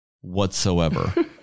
whatsoever